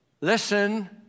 listen